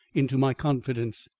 into my confidence.